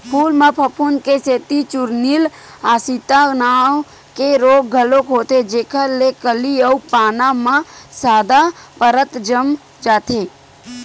फूल म फफूंद के सेती चूर्निल आसिता नांव के रोग घलोक होथे जेखर ले कली अउ पाना म सादा परत जम जाथे